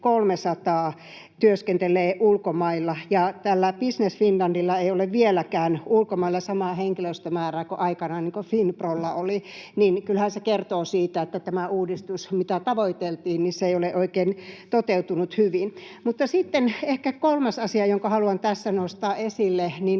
300 työskentelee ulkomailla, ja tällä Business Finlandilla ei ole vieläkään ulkomailla samaa henkilöstömäärää kuin aikanaan Finprolla oli. Kyllähän se kertoo siitä, että tämä uudistus, mitä tavoiteltiin, ei ole toteutunut oikein hyvin. Mutta sitten ehkä kolmas asia, jonka haluan tässä nostaa esille,